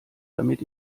damit